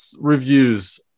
reviews